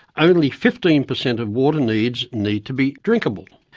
only fifteen percent of water needs need to be drinkable.